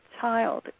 child